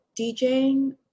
DJing